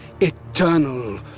eternal